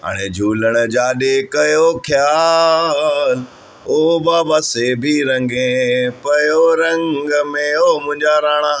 हाणे झूलण जाॾे कयो ख़ियाल ओ बाबा से बि रंगें पियो रंग में ओ मुंहिंजा राणा